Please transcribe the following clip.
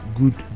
good